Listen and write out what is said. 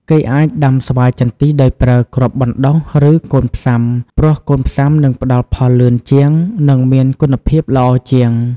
គេអាចដាំស្វាយចន្ទីដោយប្រើ គ្រាប់បណ្តុះ ឬ កូនផ្សាំ ព្រោះកូនផ្សាំនឹងផ្តល់ផលលឿនជាង និងមានគុណភាពល្អជាង។